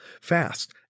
fast